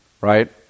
right